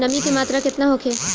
नमी के मात्रा केतना होखे?